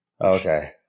Okay